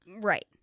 Right